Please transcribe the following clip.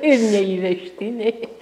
ir neįvežtiniai